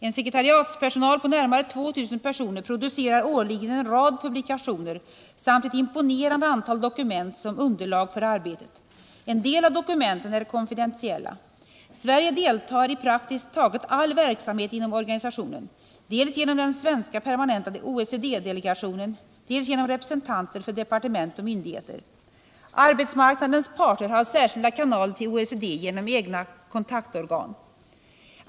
En sekretariatspersonal på närmare 2000 personer producerar årligen en rad publikationer samt ett imponerande antal dokument som underlag för arbetet. En del av dokumenten är konfidentiella. Sverige deltar i praktiskt taget all verksamhet inom organisationen, dels genom den svenska permanenta OECD-delegationen, dels också genom representanter för departement och myndigheter. Arbetsmarknadens parter har särskilda kanaler till OECD genom egna kontaktorgan.